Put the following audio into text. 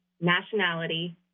nationality